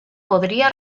podría